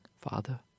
father